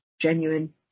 genuine